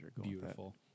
beautiful